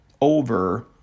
over